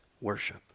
worship